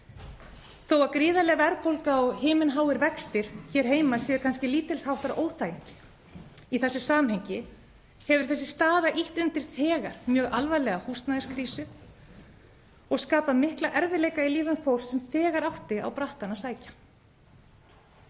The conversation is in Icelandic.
Þó að gríðarleg verðbólga og himinháir vextir hér heima séu kannski lítilsháttar óþægindi í þessu samhengi hefur þessi staða ýtt undir nú þegar mjög alvarlega húsnæðiskrísu og skapað mikla erfiðleika í lífi fólks sem þegar átti á brattann að sækja.